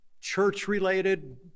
church-related